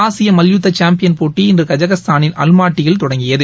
ஆசியமல்யுத்தப் champion போட்டி இன்றுகஜகஸ்தானின் அல்மாட்டியில் தொடங்கியது